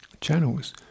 channels